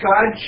God